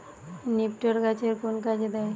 নিপটর গাছের কোন কাজে দেয়?